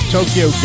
Tokyo